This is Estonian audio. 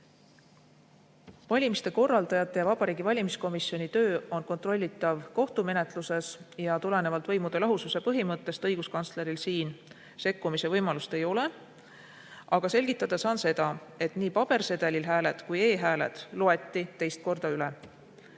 Valimiste korraldajate ja Vabariigi Valimiskomisjoni töö on kontrollitav kohtumenetluses ja tulenevalt võimude lahususe põhimõttest õiguskantsleril siin sekkumise võimalust ei ole. Aga selgitada saan seda, et nii pabersedelil hääled kui e-hääled loeti teist korda üle.